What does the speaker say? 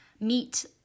meet